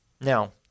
Now